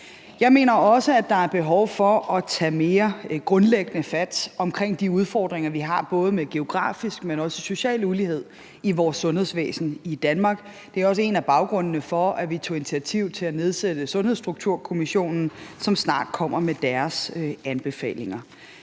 Jeg mener også, at der er behov for at tage mere grundlæggende fat omkring de udfordringer, vi har med både geografisk, men også social ulighed i vores sundhedsvæsen i Danmark. Det er også en del af baggrunden for, at vi tog initiativ til at nedsætte Sundhedsstrukturkommissionen, som snart kommer med deres anbefalinger.